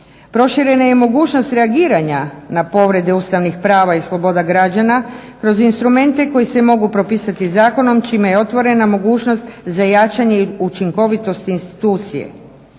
Proširena je i mogućnost reagiranja na povrede ustavnih prava i sloboda građana kroz instrumente koji se mogu propisati zakonom čime je otvorena mogućnost za jačanje i učinkovitost institucije.